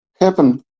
happen